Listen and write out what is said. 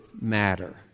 matter